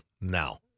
Now